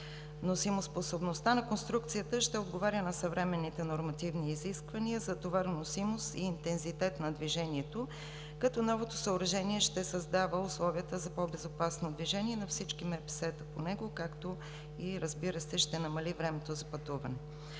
Носимоспособността на конструкцията ще отговаря на съвременните нормативни изисквания за товароносимост и интензитет на движението, като новото съоръжение ще създава условията за по-безопасно движение на всички МПС-та по него, както и, разбира се, ще намали времето за пътуване.